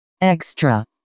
extra